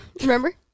Remember